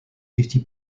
fifty